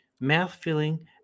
mouth-filling